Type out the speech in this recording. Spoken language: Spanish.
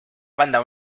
banda